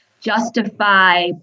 justify